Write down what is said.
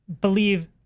believe